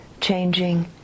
changing